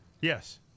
Yes